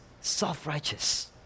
self-righteous